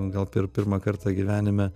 gal pirmą kartą gyvenime